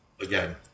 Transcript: again